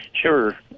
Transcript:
Sure